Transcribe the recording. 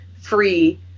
free